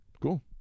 cool